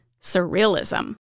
surrealism